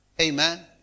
Amen